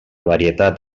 varietat